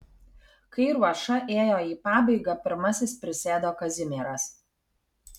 kai ruoša ėjo į pabaigą pirmasis prisėdo kazimieras